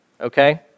okay